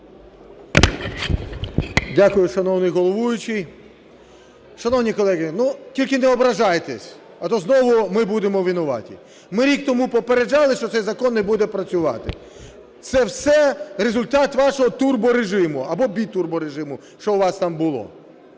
Дякую, шановний головуючий. Шановні колеги, тільки не ображайтесь, а то знову ми будемо винуваті. Ми рік тому попереджали, що цей закон не буде працювати? Це все результат вашого турборежиму або бітурборежиму, що у вас там було.